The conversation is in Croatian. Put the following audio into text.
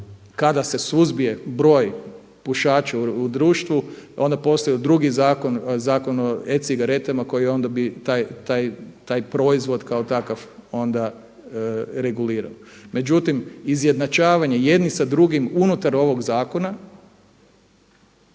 kada se suzbije broj pušača u društvu onda bi postojao drugi zakon, zakon o e-cigaretama koji onda bi taj proizvod kao takav onda regulirao. Međutim izjednačavanje jednih sa drugim unutar ovog zakona